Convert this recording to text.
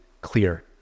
clear